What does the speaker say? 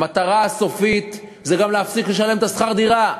המטרה הסופית זה גם להפסיק לשלם את שכר הדירה.